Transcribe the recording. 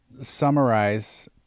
summarize